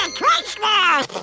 Christmas